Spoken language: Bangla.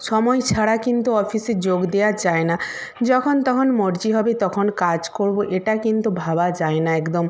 সময় ছাড়া কিন্তু অফিসে যোগ দেওয়া যায় না যখন তখন মরজি হবে তখন কাজ করব এটা কিন্তু ভাবা যায় না একদম